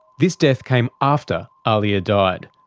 this death came after ahlia died.